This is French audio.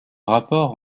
rapport